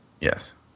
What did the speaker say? Yes